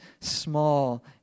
small